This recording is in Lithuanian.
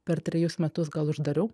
per trejus metus gal uždariau